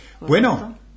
Bueno